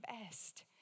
best